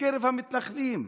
מקרב המתנחלים.